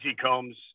Combs